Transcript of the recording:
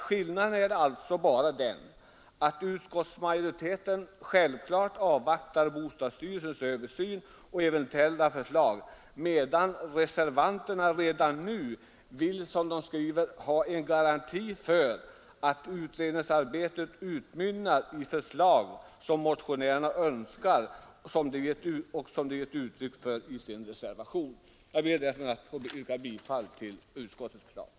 Skillnaden är alltså den, att utskottsmajoriteten självfallet vill avvakta bostadsstyrelsens översyn och eventuella förslag, medan reservanterna redan nu vill, som de skriver, ha en garanti för att utredningsarbetet utmynnar i ett förslag i enlighet med motionärernas önskan. Jag ber att få yrka bifall till utskottets hemställan.